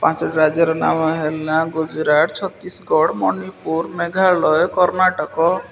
ପାଞ୍ଚଟି ରାଜ୍ୟର ନାମ ହେଲା ଗୁଜୁରାଟ ଛତିଶଗଡ଼ ମଣିପୁର ମେଘାଳୟ କର୍ଣ୍ଣାଟକ